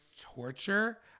torture